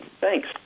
Thanks